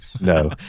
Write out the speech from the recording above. No